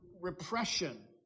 repression